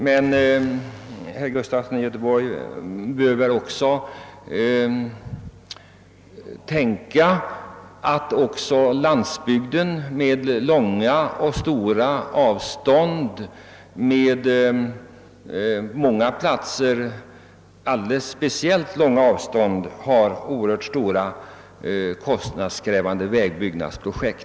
Men herr Gustafson i Göteborg bör också tänka på att även landsbygden med dess långa och stora avstånd, för många platser speciellt långa avstånd, dras med oerhört stora och kostnadskrävande vägbyggnadsprojekt.